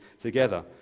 together